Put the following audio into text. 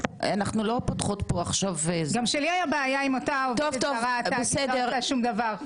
גם כשלי הייתה בעיה --- שום דבר,